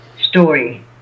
story